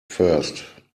first